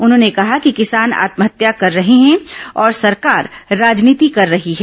उन्होंने कहा कि किसान आत्महत्या कर रहे हैं और सरकार राजनीति कर रही है